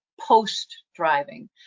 post-driving